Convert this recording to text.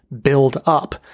build-up